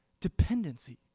dependency